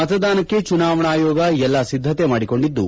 ಮತದಾನಕ್ಕೆ ಚುನಾವಣಾ ಆಯೋಗ ಎಲ್ಲ ಸಿದ್ಧತೆ ಮಾಡಿಕೊಂಡಿದ್ದು